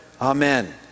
Amen